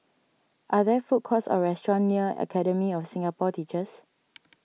are there food courts or restaurants near Academy of Singapore Teachers